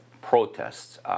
protests